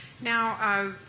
Now